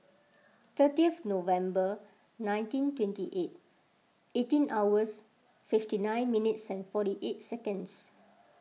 thirtieth November nineteen twenty eight eighteen hours fifty nine minutes and forty eight seconds